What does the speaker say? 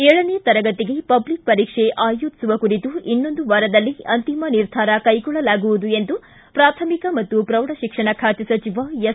ಏಳನೇ ತರಗತಿಗೆ ಪಬ್ಲಿಕ್ ಪರೀಕ್ಷೆ ಆಯೋಜಿಸುವ ಕುರಿತು ಇನ್ನೊಂದು ವಾರದಲ್ಲಿ ಅಂತಿಮ ನಿರ್ಧಾರ ಕೈಗೊಳ್ಳಲಾಗುವುದು ಎಂದು ಪ್ರಾಥಮಿಕ ಮತ್ತು ಪ್ರೌಢಶಿಕ್ಷಣ ಖಾತೆ ಸಚಿವ ಎಸ್